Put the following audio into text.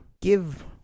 give